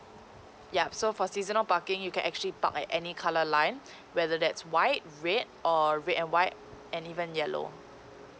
yup so for seasonal parking you can actually park at any colour line whether that's white red or red and white and even yellow